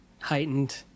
heightened